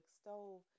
stove